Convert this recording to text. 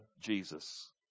Jesus